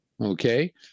okay